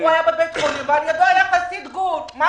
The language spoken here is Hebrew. על ידו היה חסיד גור ובחור ערבי.